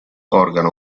organo